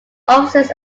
offices